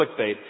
Clickbait